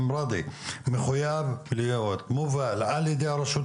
בינתיים יש את זה בירכא, דנו על ירכא שבוע שעבר.